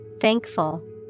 thankful